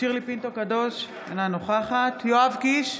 שירלי פינטו קדוש, אינה נוכחת יואב קיש,